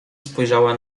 spojrzała